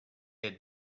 had